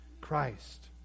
Christ